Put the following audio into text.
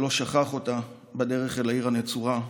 ולא שכח אותה בדרך אל העיר הנצורה,